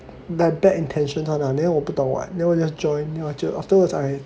like bad intention 他们 then 我不懂 [what] so I just join then 我就 afterwards